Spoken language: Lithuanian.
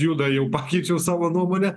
juda jau pakeičiau savo nuomonę